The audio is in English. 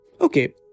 Okay